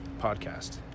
Podcast